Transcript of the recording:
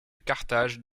carthage